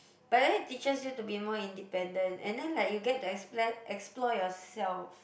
but that teaches you to be more independent and then like you get to explore explore yourself